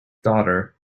daughter